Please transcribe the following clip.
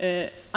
bakgrund.